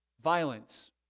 violence